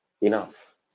Enough